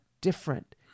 different